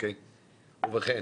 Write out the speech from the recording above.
בוקר טוב.